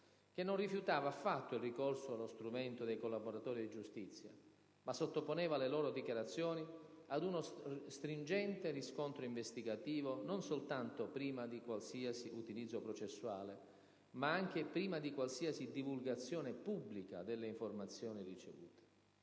che non rifiutava affatto il ricorso allo strumento dei collaboratori di giustizia, ma sottoponeva le loro dichiarazioni ad uno stringente riscontro investigativo non soltanto prima di qualsiasi utilizzo processuale, ma anche prima di qualsiasi divulgazione pubblica delle informazioni ricevute.